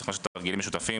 צריך לעשות תרגילים משותפים,